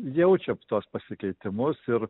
jaučia tuos pasikeitimus ir